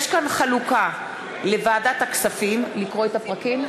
יש כאן חלוקה לוועדת הכספים, לקרוא את הפרקים?